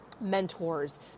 mentors